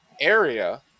area